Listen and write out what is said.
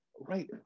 Right